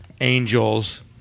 angels